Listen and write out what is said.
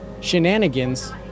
shenanigans